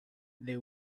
they